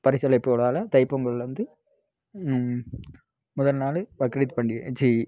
பரிசளிப்பு விழால தைப்பொங்கல் வந்து முதல் நாள் பக்ரீத் பண்டிகை ச்சி